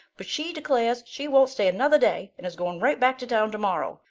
but she declares she won't stay another day and is going right back to town tomorrow,